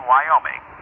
Wyoming